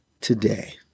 today